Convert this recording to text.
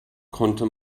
konnte